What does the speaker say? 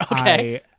Okay